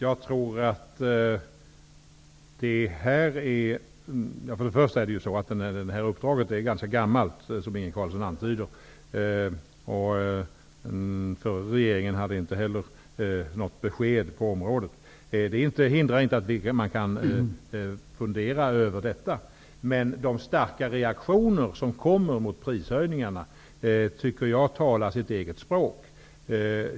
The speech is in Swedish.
Herr talman! Uppdraget är ganska gammalt, som Inge Carlsson antyder. Regeringen hade inte heller något besked på området. Det hindrar inte att man kan fundera över detta. Men de starka reaktionerna mot prishöjningarna, tycker jag, talar sitt eget språk.